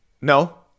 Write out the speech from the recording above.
No